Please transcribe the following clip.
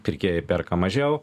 pirkėjai perka mažiau